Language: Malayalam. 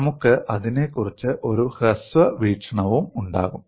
നമുക്ക് അതിനെക്കുറിച്ച് ഒരു ഹ്രസ്വ വീക്ഷണവും ഉണ്ടാകും